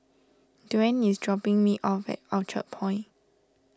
Dwaine is dropping me off at Orchard Point